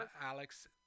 Alex